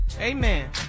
Amen